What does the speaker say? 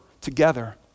together